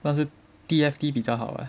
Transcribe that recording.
但是 T_F_T 比较好玩